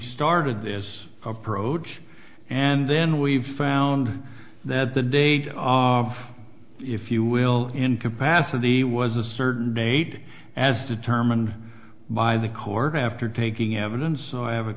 started this approach and then we've found that the data if you will incapacity was a certain date as determined by the court after taking evidence so i have a